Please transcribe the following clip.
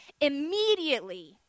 Immediately